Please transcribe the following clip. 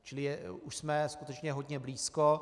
Čili už jsme skutečně hodně blízko.